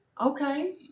Okay